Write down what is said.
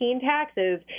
taxes